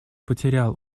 потерял